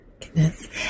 Goodness